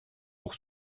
pour